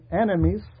enemies